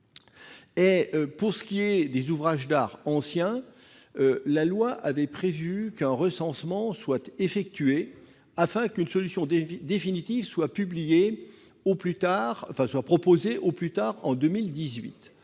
Pour ce qui est des ouvrages d'art anciens, la loi avait prévu qu'un recensement soit effectué afin qu'une solution définitive soit proposée au plus tard en 2018.